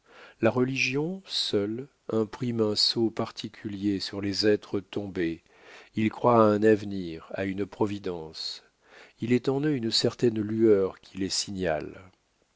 la religion seule imprime un sceau particulier sur les êtres tombés ils croient à un avenir à une providence il est en eux une certaine lueur qui les signale